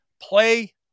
play